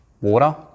water